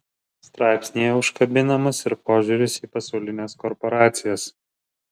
straipsnyje užkabinamas ir požiūris į pasaulines korporacijas